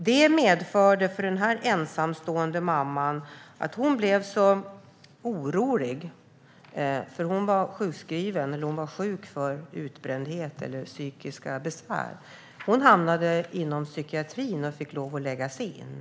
Till exempel innebar detta för en ensamstående mamma som var sjukskriven för psykiska besvär att hon blev så orolig att hon hamnade inom psykiatrin och fick läggas in.